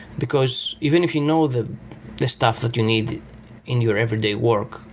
because even if you know the the stuff that you need in your everyday work,